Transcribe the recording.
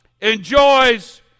enjoys